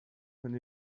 when